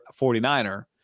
49er